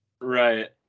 Right